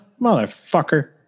Motherfucker